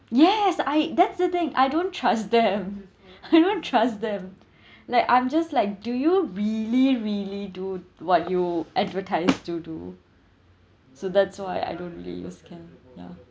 yes I that's the thing I don't trust them I don't trust them like I'm just like do you really really do what you advertise to do so that's why I don't really use can ya